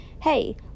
hey